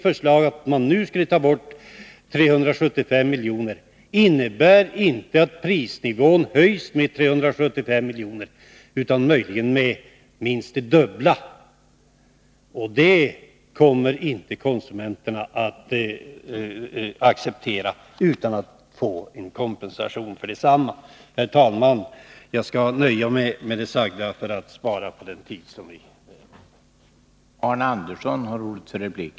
Förslaget att man nu skulle ta bort 375 miljoner innebär inte att prisnivån höjs med 375 miljoner, utan möjligen med minst det dubbla. Och det kommer inte konsumenterna att acceptera utan att få en kompensation härför. Herr talman! Jag skall nöja mig med det sagda för att spara på den tid som vi har till förfogande.